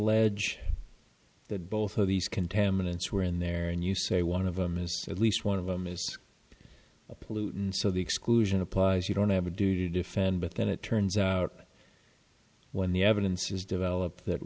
allege that both of these contaminants were in there and you say one of them is at least one of them is a pollutant so the exclusion applies you don't have a duty to defend but then it turns out when the evidence is developed that